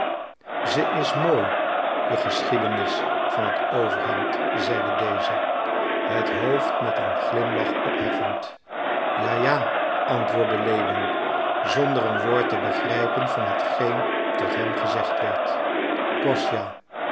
ze is mooi je geschiedenis van het overhemd zeide deze het hoofd met een glimlach opheffend ja ja antwoordde lewin zonder een woord te begrijpen van hetgeen tot hem gezegd werd kostja